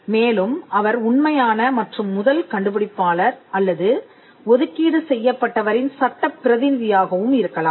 மேலும் அவர் உண்மையான மற்றும் முதல் கண்டுபிடிப்பாளர் அல்லது ஒதுக்கீடு செய்யப்பட்டவரின் சட்டப் பிரதிநிதியாகவும் இருக்கலாம்